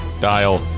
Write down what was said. Dial